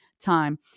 time